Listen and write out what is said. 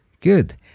Good